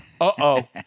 Uh-oh